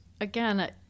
again